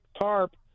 tarp